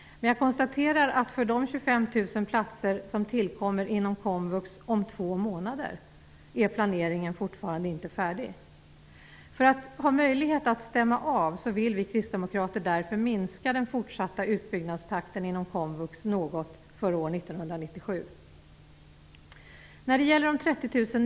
Men jag konstaterar att för de 25 000 platser som tillkommer inom komvux om två månader är planeringen fortfarande inte färdig. För att ha möjlighet att stämma av vill vi kristdemokrater därför minska den fortsatta utbyggnadstakten inom komvux något för år 1997.